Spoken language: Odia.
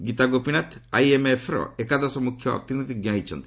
ଗୀତା ଗୋପୀନାଥ ଆଇଏମ୍ଏଫ୍ର ଏକାଦଶ ମୁଖ୍ୟ ଅର୍ଥନୀତିଜ୍ଞ ହୋଇଛନ୍ତି